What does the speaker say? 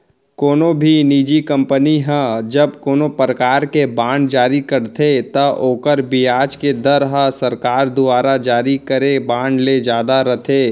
कोनो भी निजी कंपनी ह जब कोनों परकार के बांड जारी करथे त ओकर बियाज के दर ह सरकार दुवारा जारी करे बांड ले जादा रथे